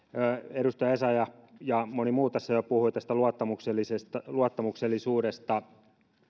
edustaja essayah ja ja moni muu tässä jo jo puhuivat tästä luottamuksellisuudesta luottamuksellisuudesta